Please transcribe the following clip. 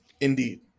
indeed